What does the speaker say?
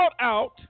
out